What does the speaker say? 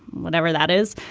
whenever that is.